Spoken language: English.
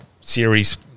series